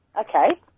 Okay